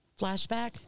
Flashback